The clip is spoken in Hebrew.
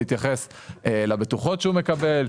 בהתייחס לבטוחות שהוא מקבל.